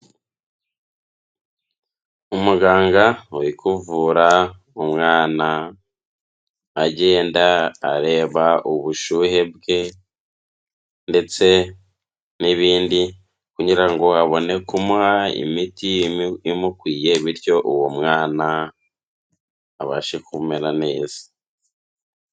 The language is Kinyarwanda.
Umuganga uri kuvura umwana, agenda areba ubushyuhe bwe ndetse n'ibindi, kugira ngo abone kumuha imiti imukwiye, bityo uwo mwana abashe kumera neza.